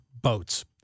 boats